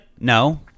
no